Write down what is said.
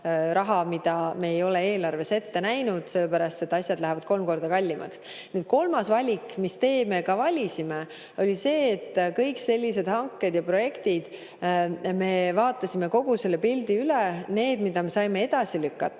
mida me ei ole eelarves ette näinud, kuigi asjad on läinud kolm korda kallimaks. Kolmas valik, mille me ka valisime, oli see, et kõik sellised hanked ja projektid me vaatasime üle, kogu selle pildi. Need, mida me saime edasi lükata,